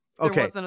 okay